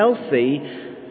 healthy